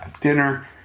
dinner